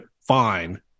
fine